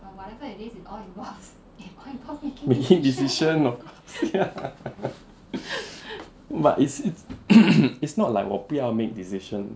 making decision of course ya but it's it's it's not like 我不要 make decision